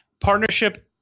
partnership